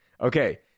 Okay